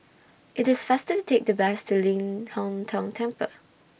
IT IS faster to Take The Bus to Ling Hong Tong Temple